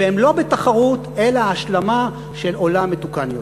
והם לא בתחרות אלא השלמה של עולם מתוקן יותר.